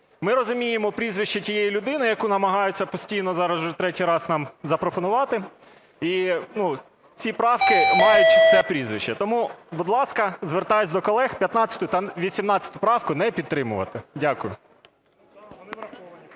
Ми розуміємо прізвище цієї людини, яку намагаються постійно, зараз уже третій раз, нам запропонувати, і ці правки мають це прізвище. Тому, будь ласка, звертаюсь до колег: 15 та 18 правки не підтримувати. Дякую.